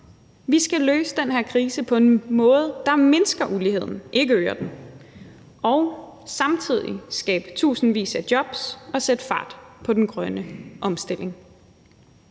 Vi skal løse den her krise på en måde, der mindsker uligheden, ikke øger den, og samtidig skabe tusindvis af jobs og sætte fart på den grønne omstilling.